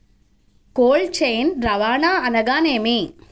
Cold chain రవాణా అనగా నేమి?